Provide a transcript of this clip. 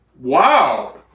Wow